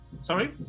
sorry